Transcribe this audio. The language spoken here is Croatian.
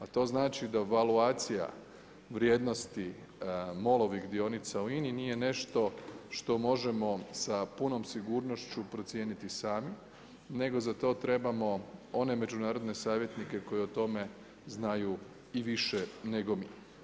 A to znači a devalvacija vrijednosti MOL-ovih dionica u INA-i nije nešto što možemo sa punom sigurnošću procijeniti sami nego za to trebamo one međunarodne savjetnike koji o tome znaju i više nego mi.